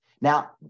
Now